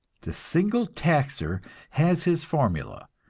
the single taxer has his formula,